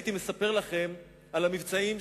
הייתי מספר לכם על המבצעים,